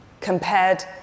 compared